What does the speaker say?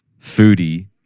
foodie